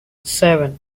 seven